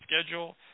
schedule